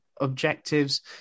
objectives